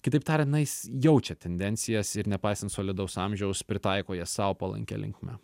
kitaip tariant na jis jaučia tendencijas ir nepaisant solidaus amžiaus pritaiko jas sau palankia linkme